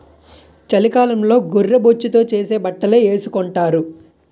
చలికాలంలో గొర్రె బొచ్చుతో చేసే బట్టలే ఏసుకొంటారు